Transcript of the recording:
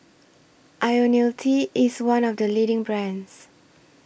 Ionil T IS one of The leading brands